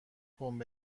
پمپ